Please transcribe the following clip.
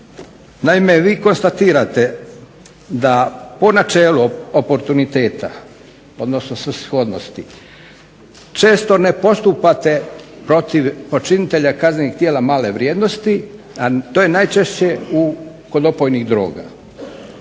Naime, vi konstatirate da po načelu oportuniteta, odnosno svrsishodnosti često ne postupate protiv počinitelja kaznenih djela male vrijednosti, a to je najčešće kod opojnih droga,